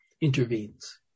intervenes